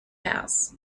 house